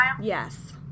yes